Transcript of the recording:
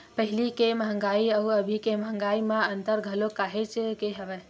पहिली के मंहगाई अउ अभी के मंहगाई म अंतर घलो काहेच के हवय